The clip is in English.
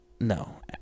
No